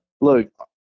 look